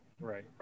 right